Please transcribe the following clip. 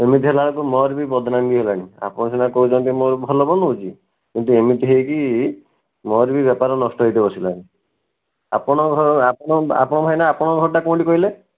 ଏମିତି ହେଲା ବେଳକୁ ମୋର ବି ବଦନାମି ହେଲାଣି ଆପଣ ସିନା କହୁଛନ୍ତି ମୋର ଭଲ ବନଉଛି କିନ୍ତୁ ଏମିତି ହେଇକି ମୋର ବି ବେପାର ନଷ୍ଟ ହେଇକି ବସିଲାଣି ଆପଣ ଘର ଆପଣଙ୍କ ଆପଣ ଭାଇନା ଆପଣଙ୍କ ଘରଟା କେଉଁଠି କହିଲେ